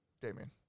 Damien